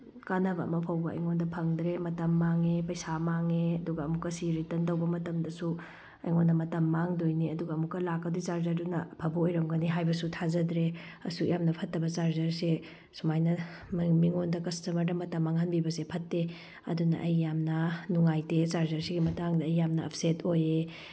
ꯀꯥꯟꯅꯕ ꯑꯃ ꯐꯥꯎꯕ ꯑꯩꯉꯣꯟꯗ ꯐꯪꯗ꯭ꯔꯦ ꯃꯇꯝ ꯃꯥꯡꯉꯦ ꯄꯩꯁꯥ ꯃꯥꯡꯉꯦ ꯑꯗꯨꯒ ꯑꯃꯨꯛꯀ ꯁꯤ ꯔꯤꯇꯔꯟ ꯇꯧꯕ ꯃꯇꯝꯗꯁꯨ ꯑꯩꯉꯣꯟꯗ ꯃꯇꯝ ꯃꯥꯡꯗꯣꯏꯅꯤ ꯑꯗꯨꯒ ꯑꯃꯨꯛꯀ ꯂꯥꯛꯀꯗꯣꯏꯕ ꯆꯥꯔꯖꯔꯗꯨꯅ ꯑꯐꯕ ꯑꯣꯏꯔꯝꯒꯅꯤ ꯍꯥꯏꯕꯁꯨ ꯊꯥꯖꯗ꯭ꯔꯦ ꯑꯁꯨꯛ ꯌꯥꯝꯅ ꯐꯠꯇꯕ ꯆꯥꯔꯖꯔꯁꯦ ꯁꯨꯃꯥꯏꯅ ꯃꯤꯡꯉꯣꯟꯗ ꯀꯁꯇꯃꯔꯗ ꯃꯇꯝ ꯃꯥꯡꯍꯟꯕꯤꯕꯁꯦ ꯐꯠꯇꯦ ꯑꯗꯨꯟ ꯑꯩ ꯌꯥꯝꯅ ꯅꯨꯡꯉꯥꯏꯇꯦ ꯆꯥꯔꯖꯔꯁꯤꯒꯤ ꯃꯇꯥꯡꯗ ꯑꯩ ꯌꯥꯝꯅ ꯑꯞꯁꯦꯠ ꯑꯣꯏꯌꯦ